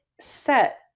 set